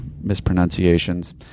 mispronunciations